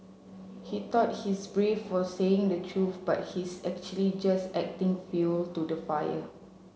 he thought he's brave for saying the truth but he's actually just adding fuel to the fire